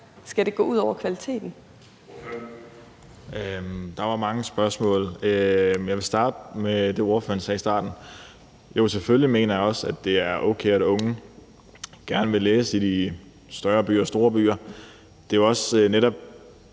Mads Olsen (SF): Der var mange spørgsmål. Jeg vil starte med det, ordføreren sagde i starten. Jo, selvfølgelig mener jeg også, at det er okay, at unge gerne vil læse i de større byer og store byer. Det er jo også netop